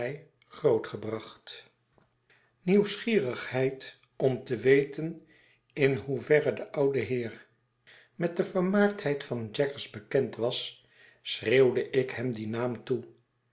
gebracht nieuwsgierigheid om te weten in hoeverre de oude heer met de vermaardheid van jaggers bekend was schreeuwde ik hem dien naam toe